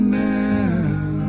now